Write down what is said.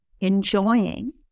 enjoying